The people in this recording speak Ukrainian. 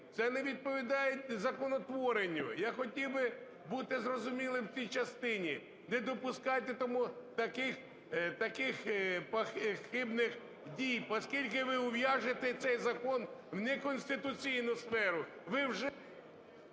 Це не відповідає законотворенню. Я хотів би бути зрозумілим в тій частині, не допускайте тому таких, таких хибних дій, поскільки ви ув'яжете цей закон в неконституційну сферу.